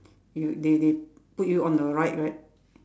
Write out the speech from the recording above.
you they they put you on a ride right